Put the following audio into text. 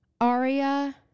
aria